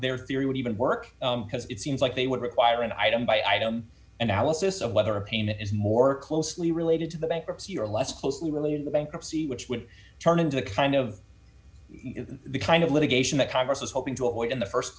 their theory would even work because it seems like they would require an item by item analysis of whether a payment is more closely related to the bankruptcy or less closely related to bankruptcy which would turn into a kind of the kind of litigation that congress was hoping to avoid in the